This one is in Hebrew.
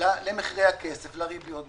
למחירי הכסף, לריביות.